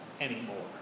anymore